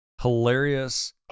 hilarious